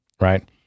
right